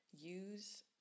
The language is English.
use